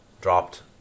dropped